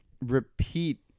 repeat